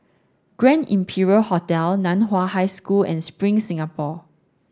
Grand Imperial Hotel Nan Hua High School and Spring Singapore